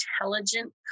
intelligent